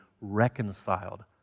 reconciled